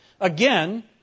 Again